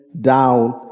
down